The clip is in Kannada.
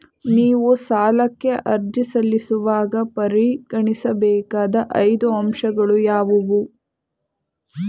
ನೀವು ಸಾಲಕ್ಕೆ ಅರ್ಜಿ ಸಲ್ಲಿಸುವಾಗ ಪರಿಗಣಿಸಬೇಕಾದ ಐದು ಅಂಶಗಳು ಯಾವುವು?